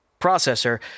processor